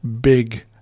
big